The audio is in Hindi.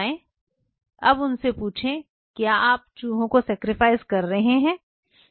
अब उनसे पूछें क्या आप चूहों की बलि दे रहे हैं